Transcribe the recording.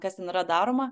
kas ten yra daroma